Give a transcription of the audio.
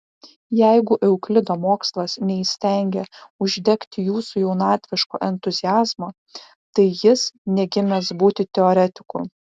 jeigu euklido mokslas neįstengė uždegti jūsų jaunatviško entuziazmo tai jis negimęs būti teoretiku